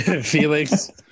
Felix